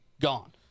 gone